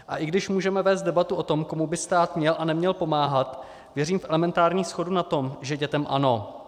A i když můžeme vést debatu o tom, komu by stát měl a neměl pomáhat, věřím v elementární shodu na tom, že dětem ano.